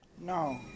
No